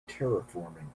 terraforming